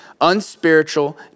unspiritual